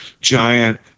Giant